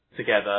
Together